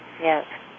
Yes